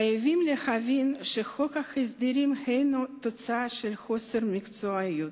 חייבים להבין שחוק ההסדרים הינו תוצאה של חוסר מקצועיות.